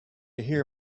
hear